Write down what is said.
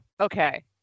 Okay